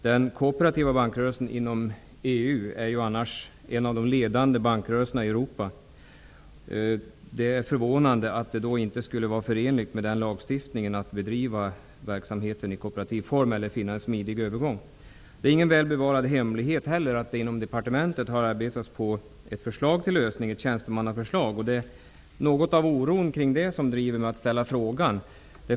Den kooperativa bankrörelsen inom EU är en av de ledande bankrörelserna i Europa, och det är förvånande att det inte skulle vara förenligt med den lagstiftningen att bedriva verksamheten i kooperativ form eller att finna en smidig övergång. Det är inte heller någon väl bevarad hemlighet att det inom departementet har arbetats på ett förslag till lösning, ett tjänstemannaförslag. Det är oron kring det som har drivit mig att ställa frågan.